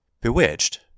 Bewitched